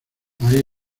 ahí